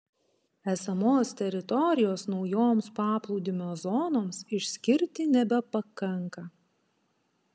esamos teritorijos naujoms paplūdimio zonoms išskirti nebepakanka